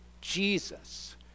Jesus